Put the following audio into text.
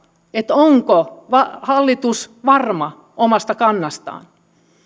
onko hallitus varma omasta kannastaan